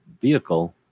vehicle